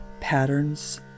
patterns